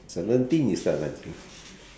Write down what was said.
seventeen you start dancing